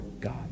God